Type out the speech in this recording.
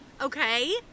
Okay